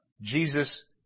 Jesus